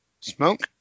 smoke